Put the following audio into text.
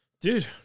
dude